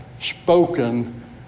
spoken